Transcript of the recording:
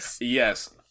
Yes